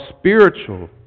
spiritual